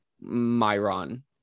myron